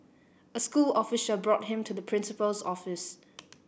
a school official brought him to the principal's office